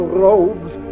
robes